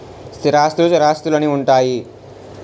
స్థిరాస్తులు చరాస్తులు అని ఉంటాయి